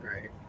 Right